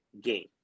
game